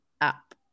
up